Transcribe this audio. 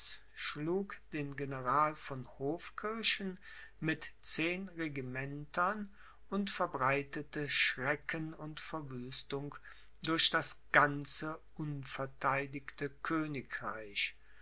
schlug den general von hofkirchen mit zehn regimentern und verbreitete schrecken und verwüstung durch das ganze unvertheidigte königreich